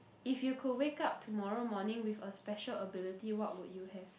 if you could wake up tomorrow morning with a special ability what would you have